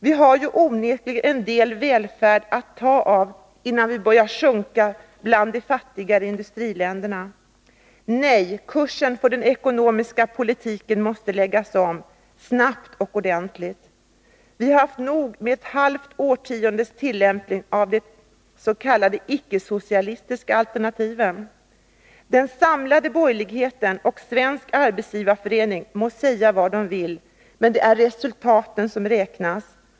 Vi har ju onekligen en del välfärd att ta av innan vi börjar sjunka ned bland de ”fattigare” industriländerna. Nej, kursen för den ekonomiska politiken måste läggas om. Snabbt och ordentligt. Vi har haft nog med ett halvt årtiondes tillämpning av de s.k. icke-socialistiska alternativen. Den samlade borgerligheten och Svenska arbetsgivareföreningen må säga vad de vill, men det är resultaten som räknas.